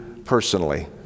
personally